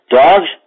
dogs